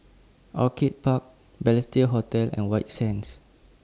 Orchid Park Balestier Hotel and White Sands